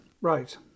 right